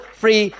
free